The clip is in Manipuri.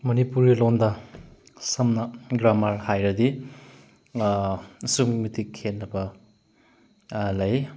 ꯃꯅꯤꯄꯨꯔꯤ ꯂꯣꯟꯗ ꯁꯝꯅ ꯒ꯭ꯔꯥꯝꯃꯥꯔ ꯍꯥꯏꯔꯗꯤ ꯑꯁꯨꯛꯀꯤ ꯃꯇꯤꯛ ꯈꯦꯠꯅꯕ ꯂꯩ